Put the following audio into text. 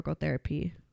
therapy